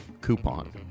coupon